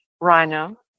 Rhino